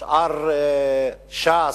ש"ס,